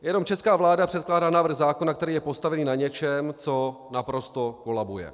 Jenom česká vláda předkládá návrh zákona, který je postavený na něčem, co naprosto kolabuje.